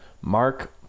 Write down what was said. Mark